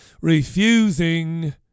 refusing